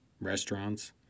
Restaurants